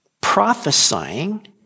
prophesying